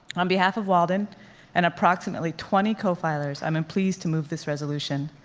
on behalf of walden and approximately twenty co-filers, i'm um pleased to move this resolution.